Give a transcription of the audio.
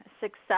success